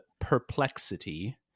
perplexity